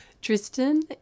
Tristan